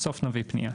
בסוף נביא פנייה.